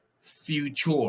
future